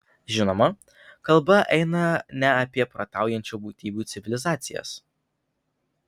žinoma kalba eina ne apie protaujančių būtybių civilizacijas